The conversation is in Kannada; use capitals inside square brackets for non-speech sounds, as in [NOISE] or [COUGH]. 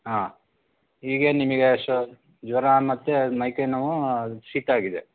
ಆಂ ಈಗೇನು ನಿಮಗೆ [UNINTELLIGIBLE] ಜ್ವರ ಮತ್ತು ಮೈಕೈ ನೋವು ಶೀತ ಆಗಿದೆ